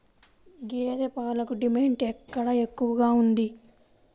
గేదె పాలకు డిమాండ్ ఎక్కడ ఎక్కువగా ఉంది?